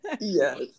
Yes